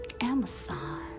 Amazon